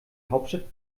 hauptstadt